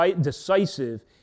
decisive